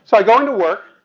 so i go into work,